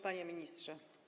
Panie Ministrze!